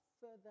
further